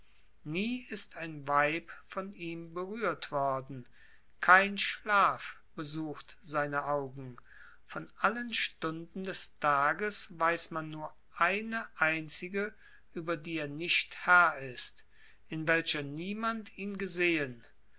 nie ist ein weib von ihm berührt worden kein schlaf besucht seine augen von allen stunden des tages weiß man nur eine einzige über die er nicht herr ist in welcher niemand ihn gesehen